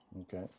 Okay